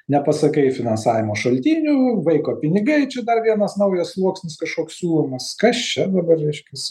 nepasakai finansavimo šaltinių vaiko pinigai čia dar vienas naujas sluoksnis kažkoks siūlomas kas čia dabar reiškias